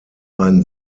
ein